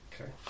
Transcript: Okay